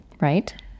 right